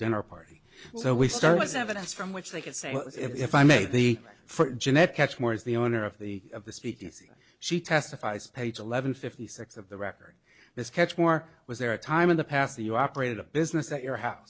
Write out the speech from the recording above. dinner party so we started evidence from which they could say if i may be for jeanette catch more as the owner of the of the speakeasy she testifies page eleven fifty six of the record this catch more was there a time in the past you operated a business at your house